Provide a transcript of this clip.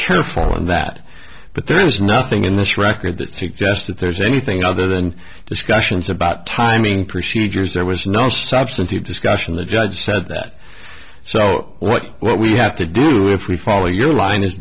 careful in that but there is nothing in this record that suggests that there's anything other than discussions about timing procedures there was no substantive discussion the judge said that so what what we have to do if we follow your line is